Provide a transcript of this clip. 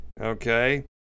Okay